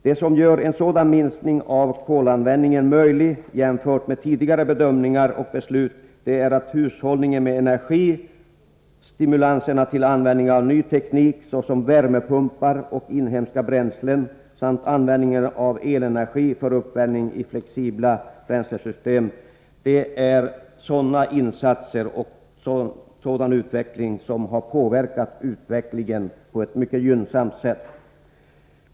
Det som gör en sådan minskning av kolanvändningen möjlig jämfört med tidigare bedömningar och beslut är hushållningen med energi, stimulanserna till användning av ny teknik såsom värmepumpar och inhemska bränslen samt användningen av elenergi för uppvärmning i flexibla bränslesystem. Det är sådana insatser som påverkat utvecklingen på ett mycket gynnsamt sätt.